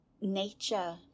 Nature